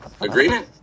agreement